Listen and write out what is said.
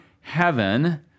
heaven